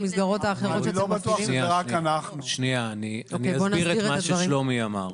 אני אסביר את מה שאמר שלומי.